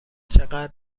چقدر